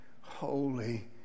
holy